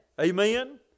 Amen